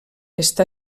està